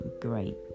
great